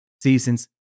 seasons